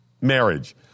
marriage